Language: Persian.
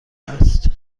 است